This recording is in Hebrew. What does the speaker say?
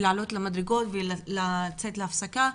בעלייה במדרגות וביציאה להפסקה,